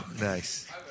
Nice